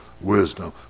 wisdom